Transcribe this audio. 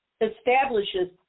establishes